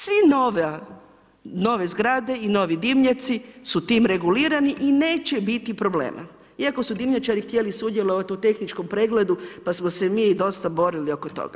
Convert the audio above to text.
Svi, nove zgrade i novi dimnjaci su tim regulirani i neće biti problema, iako su dimnjačari htjeli sudjelovati u tehničkom pregledu, pa smo se mi dosta borili oko toga.